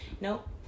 Nope